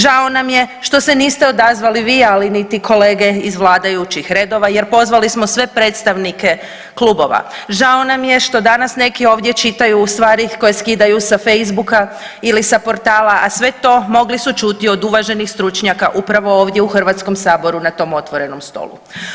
Žao nam je što se niste odazvali vi, ali niti kolege iz vladajućih redova jer pozvali smo sve predstavnike klubova, žao nam je što danas neki ovdje čitaju stvari koje skidaju sa Facebooka ili sa portala, a sve to mogli su čuti od uvaženih stručnjaka upravo ovdje u HS-u na tom otvorenom stolu.